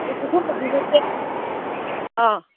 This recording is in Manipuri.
ꯏꯆꯦ ꯑꯥ